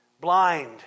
blind